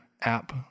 app